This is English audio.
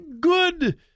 good